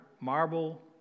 marble